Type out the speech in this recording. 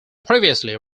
previously